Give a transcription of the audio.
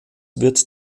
wird